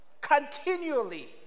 continually